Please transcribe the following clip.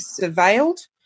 surveilled